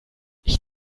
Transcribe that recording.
ich